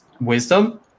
wisdom